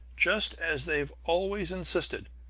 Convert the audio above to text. just as they've always insisted!